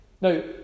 Now